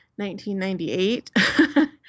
1998